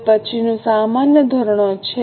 હવે પછીનું સામાન્ય ધોરણો છે